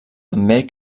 també